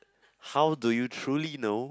how do you truly know